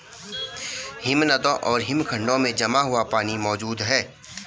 हिमनदों और हिमखंडों में जमा हुआ पानी मौजूद हैं